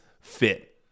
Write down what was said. fit